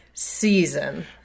Season